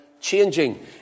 changing